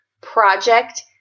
project